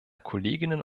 kolleginnen